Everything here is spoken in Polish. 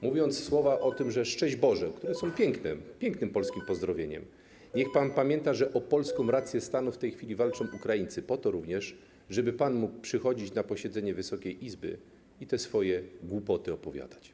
Mówiąc słowa: szczęść Boże, które są piękne, które są pięknym polskim pozdrowieniem, niech pan pamięta, że o polską rację stanu w tej chwili walczą Ukraińcy, po to również, żeby pan mógł przychodzić na posiedzenie Wysokiej Izby i te swoje głupoty opowiadać.